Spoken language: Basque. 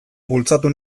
bultzatu